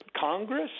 Congress